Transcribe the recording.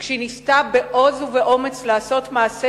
כשהיא ניסתה בעוז ובאומץ לעשות מעשה